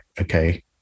okay